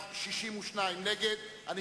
28 נגד, אין נמנעים.